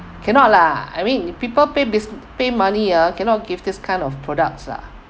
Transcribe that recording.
cannot lah I mean people pay pay money ah cannot give this kind of products lah